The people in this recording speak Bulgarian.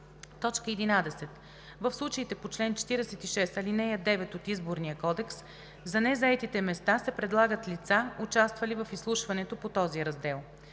кодекс. 11. В случаите по чл. 46, ал. 9 от Изборния кодекс за незаетите места се предлагат лица, участвали в изслушването по този раздел.